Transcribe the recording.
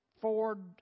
Ford